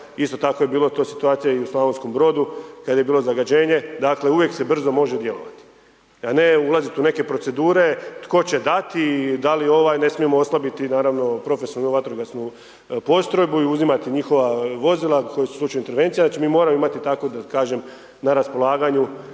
isto tako je bila to situacija i u Slavonskom Brodu kada je bilo zagađenje, dakle uvijek se brzo može djelovati a ne ulaziti u neke procedure tko će dati da li ovaj ne smijemo oslabiti, naravno profesionalnu vatrogasnu postrojbu i uzimati njihova vozila koji su u slučaju intervencija. Znači mi moramo imati tako da kažem na raspolaganju